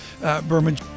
Berman